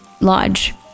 lodge